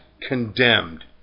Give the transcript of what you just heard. condemned